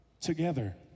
Together